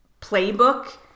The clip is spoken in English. playbook